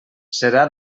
serà